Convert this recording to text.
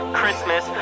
Christmas